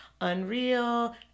unreal